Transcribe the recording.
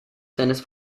seines